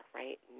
right